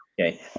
okay